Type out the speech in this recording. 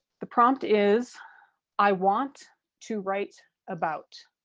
the prompt is i want to write about.